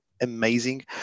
amazing